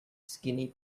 skinny